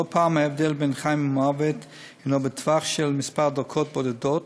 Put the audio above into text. לא פעם ההבדל בין חיים למוות הנו בטווח של כמה דקות בודדות,